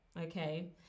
okay